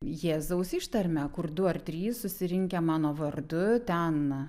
jėzaus ištarmę kur du ar trys susirinkę mano vardu ten